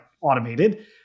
automated